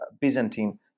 Byzantine